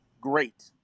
Great